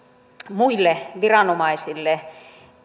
muille viranomaisille